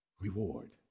reward